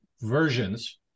versions